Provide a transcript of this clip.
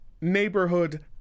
neighborhood